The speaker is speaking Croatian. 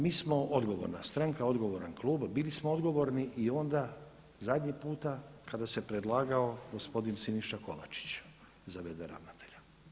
Mi smo odgovorna stranka, odgovoran klub, bili smo odgovorni i onda zadnji puta kada se predlagao gospodin Siniša Kovačić za v.d. ravnatelja.